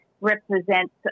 represents